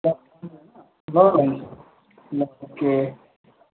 ल ल ओके